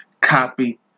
copy